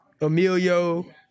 Emilio